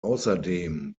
außerdem